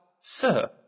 Sir